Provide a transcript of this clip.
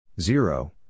Zero